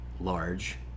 large